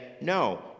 no